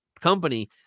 company